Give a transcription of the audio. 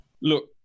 Look